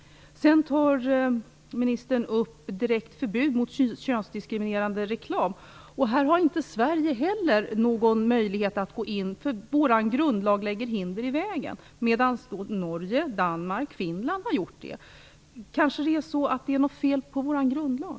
Sedan tar ministern upp ett direkt förbud mot könsdiskriminerande reklam. Här har Sverige inte heller någon möjlighet att gå in, därför att vår grundlag lägger hinder i vägen, medan Norge, Danmark och Finland har gjort det. Kanske det är något fel på vår grundlag?